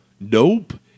Nope